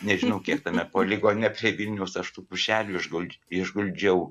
nežinau kiek tame poligone prie vilniaus aš tų pušelių išgul išguldžiau